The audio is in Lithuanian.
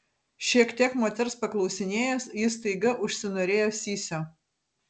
šiek tiek moters paklausinėjęs jis staiga užsinorėjo sysio